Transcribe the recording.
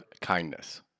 kindness